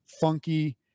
funky